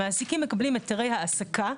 המעסיקים מקבלים היתרי העסקה,